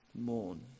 mourn